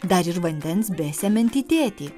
dar ir vandens besemiantį tėtį